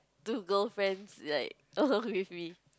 two girl friends like with me